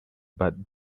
but